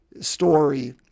story